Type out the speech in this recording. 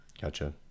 Gotcha